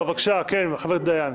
בבקשה, חבר הכנסת דיין.